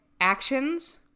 actions